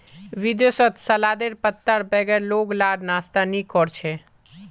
विदेशत सलादेर पत्तार बगैर लोग लार नाश्ता नि कोर छे